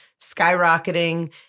skyrocketing